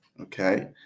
Okay